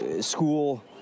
school